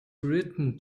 written